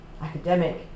academic